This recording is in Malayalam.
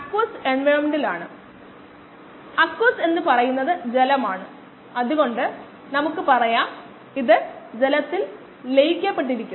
KmSSdSvmdt ഡിഫറൻഷ്യൽ സമവാക്യത്തിന്റെ സൊല്യൂഷൻ നമുക്ക് അറിയാമെന്നു നമ്മൾ പരിഗണിക്കുന്നു